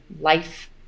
life